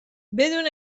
بدون